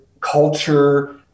culture